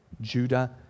Judah